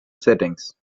settings